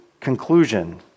conclusion